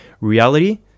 Reality